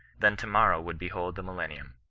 then to-motrow woold be hold the millennium.